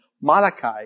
Malachi